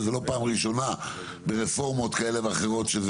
וזאת לא הפעם הראשונה שזה נעשה ברפורמות כאלה ואחרות.